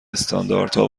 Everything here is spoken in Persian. استانداردها